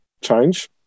change